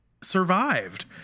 survived